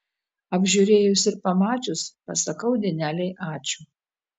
apžiūrėjus ir pamačius pasakau dienelei ačiū